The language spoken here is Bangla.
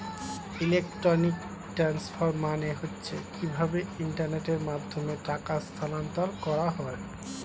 ইলেকট্রনিক ট্রান্সফার মানে হচ্ছে কিভাবে ইন্টারনেটের মাধ্যমে টাকা স্থানান্তর করা হয়